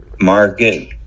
market